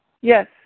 yes